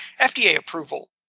FDA-approval